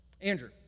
Andrew